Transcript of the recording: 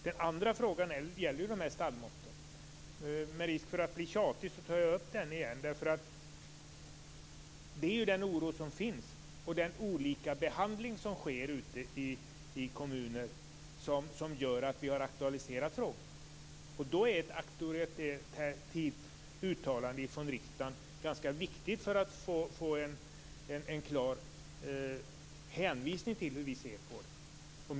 Den andra frågan gäller stallmåtten. Med risk för att bli tjatig tar jag upp frågan igen. Det är den stora oro som finns över den olika behandling som sker ute i kommuner som har gjort att vi har aktualiserat frågan. Därför är ett auktoritativt uttalande från riksdagen ganska viktigt för att ge ett klart besked om hur vi ser på frågan.